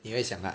你会想 ah